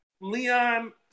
Leon